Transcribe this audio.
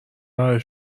برای